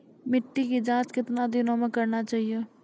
मिट्टी की जाँच कितने दिनों मे करना चाहिए?